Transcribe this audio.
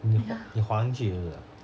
你你滑下去是不是